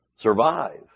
survive